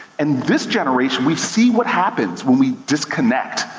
and this generation, we see what happens when we disconnect.